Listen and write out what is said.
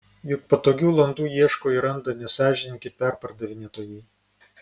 juk patogių landų ieško ir randa nesąžiningi perpardavinėtojai